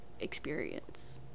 experience